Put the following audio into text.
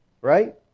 Right